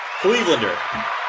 Clevelander